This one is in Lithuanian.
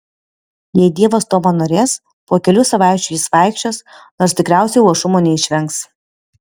jei dievas to panorės po kelių savaičių jis vaikščios nors tikriausiai luošumo neišvengs